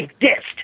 exist